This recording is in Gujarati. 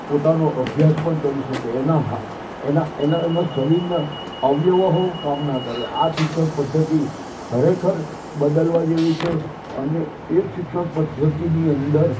પોતાનો અભ્યાસ પણ કરી શકે એનાં એનાં એનાં એનાં શરીરનાં અવાયા હોવ કામ ન કરે આ શિક્ષણ પદ્ધતિ ખરેખર બદલવાં જેવી છે અને એ શિક્ષણ પદ્ધતિની અંદર